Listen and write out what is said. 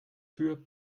für